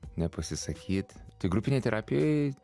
nepasisakyt tai grupinėj terapijoj